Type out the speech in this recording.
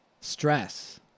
Stress